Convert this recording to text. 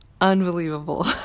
Unbelievable